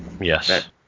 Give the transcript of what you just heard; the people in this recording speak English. Yes